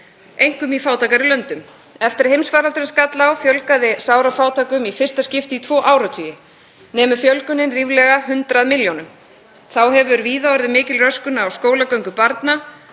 einkum í fátækari löndum. Eftir að heimsfaraldurinn skall á fjölgaði sárafátækum í fyrsta skipti í tvo áratugi. Nemur fjölgunin ríflega 100 milljónum. Þá hefur víða orðið mikil röskun á skólagöngu barna,